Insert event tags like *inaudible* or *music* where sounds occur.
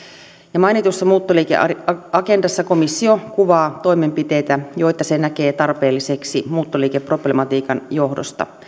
ja mainitussa muuttoliikeagendassa komissio kuvaa toimenpiteitä joita se näkee tarpeelliseksi muuttoliikeproblematiikan johdosta *unintelligible*